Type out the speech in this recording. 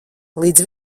līdz